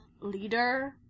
leader